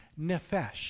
nefesh